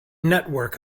network